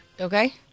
Okay